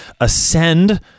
ascend